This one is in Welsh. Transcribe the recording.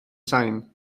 sain